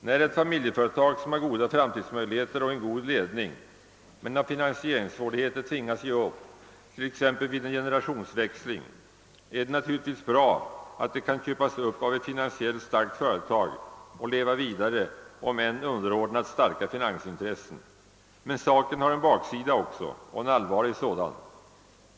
När ett familjeföretag, som har goda framtidsmöjligheter och en god ledning, av finansieringssvårigheter tvingas att ge upp t.ex. vid en generationsväxling, är det naturligtvis bra att det kan köpas upp av ett finansiellt starkt företag och leva vidare om än underordnat starka finansintressen. Men saken har också en baksida och en allvarlig sådan.